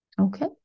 okay